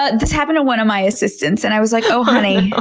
ah this happened to one of my assistants and i was like, oh honey,